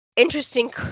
interesting